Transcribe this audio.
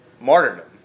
martyrdom